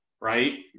right